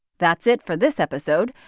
that's it for this episode.